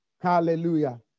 Hallelujah